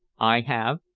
i have,